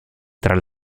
tra